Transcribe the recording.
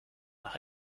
nach